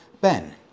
Ben